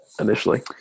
initially